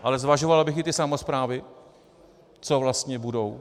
Ale zvažoval bych i ty samosprávy, co vlastně budou...